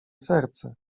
serce